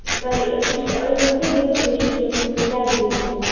تۄہہِ چِٹھۍ أنۍوٕ تہٕ دِہِو تُہۍ چِٹھۍ یوٚرکُن تہٕ کیٛاہ دٔلیٖل چھِ تۄہہِ